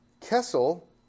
Kessel